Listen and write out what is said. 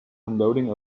unloading